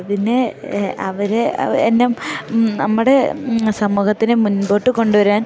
പിന്നെ അവര് എന്നെ നമ്മുടെ സമൂഹത്തിനെ മുൻപോട്ട് കൊണ്ടുവരുവാൻ